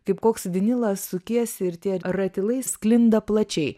kaip koks vinilas sukiesi ir tie ratilai sklinda plačiai